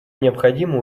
необходимо